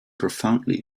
profoundly